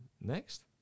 next